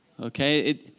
Okay